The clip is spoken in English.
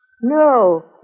No